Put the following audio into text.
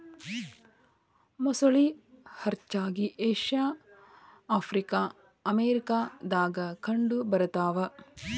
ಮೊಸಳಿ ಹರಚ್ಚಾಗಿ Asia Africa America ದಾಗ ಕಂಡ ಬರತಾವ